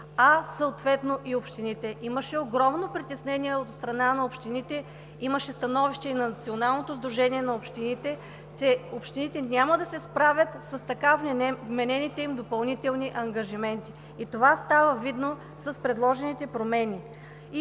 а съответно и общините. Имаше огромно притеснение от страна на общините, имаше становище и на Националното сдружение на общините, че общините няма да се справят с така вменените им допълнителни ангажименти и това става видно с предложените промени.